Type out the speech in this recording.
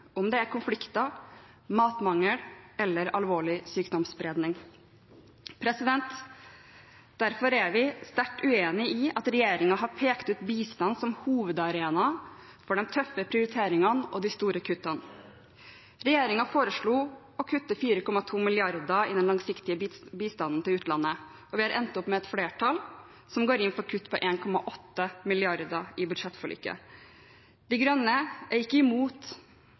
om det er konflikter, matmangel eller alvorlig sykdomsspredning. Derfor er vi sterkt uenig i at regjeringen har pekt ut bistand som hovedarena for de tøffe prioriteringene og de store kuttene. Regjeringen foreslo å kutte 4,2 mrd. kr i den langsiktige bistanden til utlandet, og vi har endt opp med et flertall som går inn for kutt på 1,8 mrd. kr i budsjettforliket. De Grønne er ikke imot